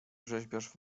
rzeźbiarz